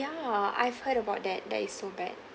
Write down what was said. ya I've heard about that that is so bad